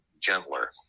gentler